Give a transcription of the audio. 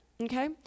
okay